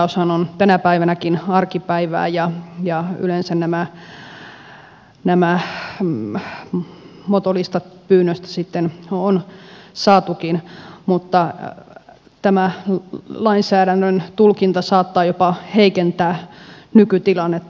laatuositemittaushan on tänäkin päivänä arkipäivää ja yleensä nämä motolistat pyynnöstä sitten on saatukin mutta tämän lainsäädännön tulkinta saattaa jopa heikentää nykytilannetta